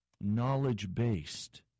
knowledge-based